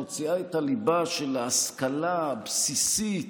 מוציאה את הליבה של ההשכלה הבסיסית,